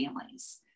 families